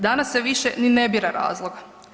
Danas se više i ne bira razlog.